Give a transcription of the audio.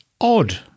odd